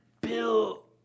Bill